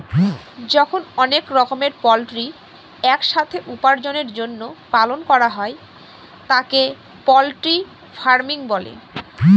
যখন অনেক রকমের পোল্ট্রি এক সাথে উপার্জনের জন্য পালন করা হয় তাকে পোল্ট্রি ফার্মিং বলে